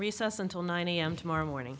recess until nine am tomorrow morning